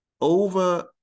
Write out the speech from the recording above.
over